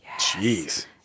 Jeez